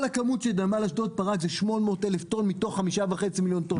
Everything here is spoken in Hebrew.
כל הכמות שנמל אשדוד פרק זה 800,000 טון מתוך 5.5 מיליון טון.